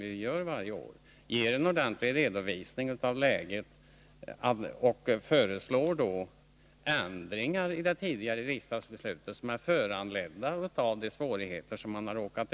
Då kan man göra en ordentlig redovisning av läget och föreslå ändringar av det tidigare riksdagsbeslutet med anledning av de svårigheter som har uppstått.